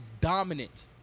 dominant